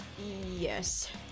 Yes